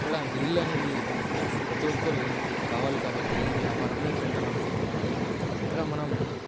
ఇక్కడ నీళ్ళు అనేది ప్రతి ఒక్కరు కావాలి కాబట్టి ఈ వ్యాపారం నేను పెట్టాలి అనుకుంటున్నాను ఇక్కడ మనం